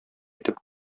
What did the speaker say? итеп